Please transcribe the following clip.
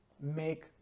make